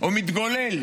או מתגולל